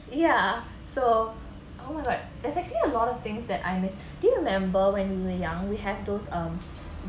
yeah so oh my god that's actually a lot of things that I miss do you remember when we were young we have those um